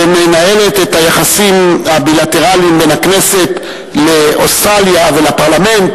ומנהלים את היחסים הבילטרליים בין הכנסת לאוסטרליה ולפרלמנט,